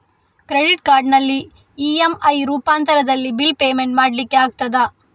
Credit ಕಾರ್ಡಿನಲ್ಲಿ EMI ರೂಪಾಂತರದಲ್ಲಿ bill payment ಮಾಡ್ಲಿಕ್ಕೆ ಆಗ್ತದ?